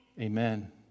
Amen